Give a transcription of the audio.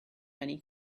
many